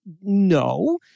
No